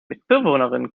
mitbewohnerin